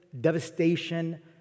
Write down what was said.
devastation